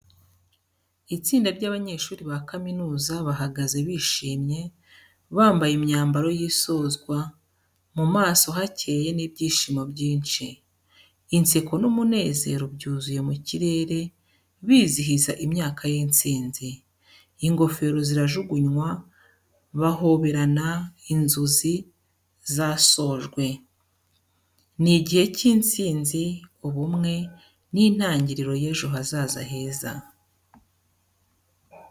Itsinda ry'abanyeshuri ba kaminuza bahagaze bishimye bambaye imyambaro y’isozwa, mu maso hakeye n’ibyishimo byinshi. Inseko n’umunezero byuzuye mu kirere bizihiza imyaka y’intsinzi. Ingofero zirajugunywa, bahoberana, inzozi zasojwe. Ni igihe cy’intsinzi, ubumwe, n’intangiriro y’ejo hazaza heza.